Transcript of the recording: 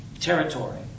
territory